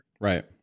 Right